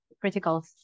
critical